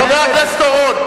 חבר הכנסת אורון.